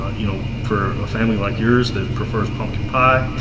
ah you know, for a family like yours that prefers pumpkin pie.